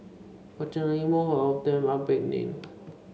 fortunately most of them are beginning